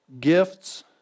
gifts